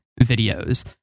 videos